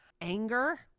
anger